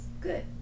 Good